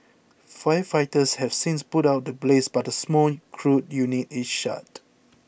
firefighters have since put out the blaze but the small crude unit is shut